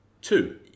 two